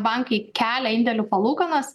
bankai kelia indėlių palūkanas